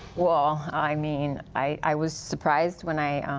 well, i mean, i was surprised when i